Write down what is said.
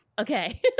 Okay